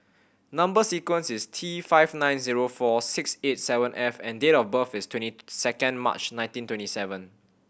number sequence is T five nine zero four six eight seven F and date of birth is twenty second March nineteen twenty seven